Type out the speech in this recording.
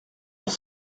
elle